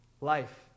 life